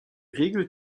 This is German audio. regelt